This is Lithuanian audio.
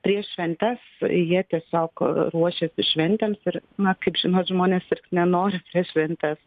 prieš šventes jie tiesiog ruošiasi šventėms ir na kaip žinot žmonės sirgt nenori prieš šventes